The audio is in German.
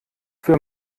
für